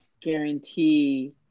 guarantee